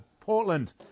Portland